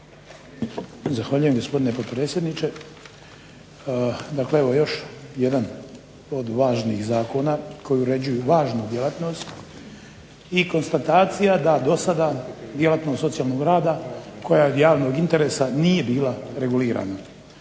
Zahvaljujem gospodine potpredsjedniče. Dakle, evo još jedan od važnijih zakona koji uređuju važnu djelatnost i konstatacija da do sada djelatnost socijalnog rada koja je od javnog interesa nije bila regulirana.